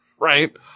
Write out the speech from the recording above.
right